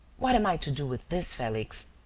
what am i to do with this, felix?